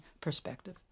perspective